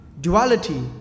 Duality